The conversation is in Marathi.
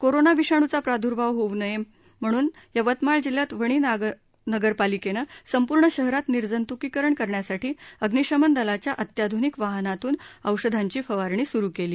कोरोना विषाण्चा प्राद्र्भाव होऊ नये यवतमाळ जिल्ह्यात वणी नगरपालिकेने संपूर्ण शहरात निर्जंत्कीकरण करण्यासाठी अग्निशमन दलाच्या अत्याध्निक वाहनातून औषधांची फवारणी स्रु केली